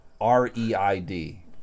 r-e-i-d